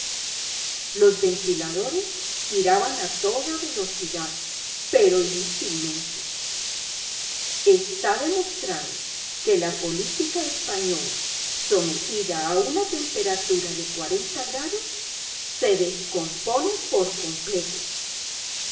los ventiladores giraban a toda velocidad pero inútilmente está demostrado que la política española sometida a una temperatura de cuarenta grados se descompone por completo